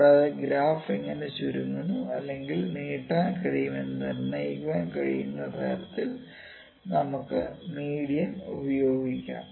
കൂടാതെ ഗ്രാഫ് എങ്ങനെ ചുരുങ്ങുന്നു അല്ലെങ്കിൽ നീട്ടാൻ കഴിയുമെന്ന് നിർണ്ണയിക്കാൻ കഴിയുന്ന തരത്തിൽ നമുക്ക് മീഡിയൻ ഉപയോഗിക്കാം